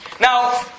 Now